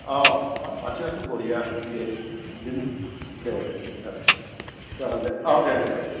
औ हाब आरथिखोलाथ' बरिया दे बिदिनो दे दे जागोन जागोन दे औ दे दे जाबाय दे